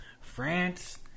France